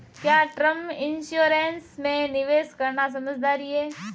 क्या term insurance में निवेश करना समझदारी है?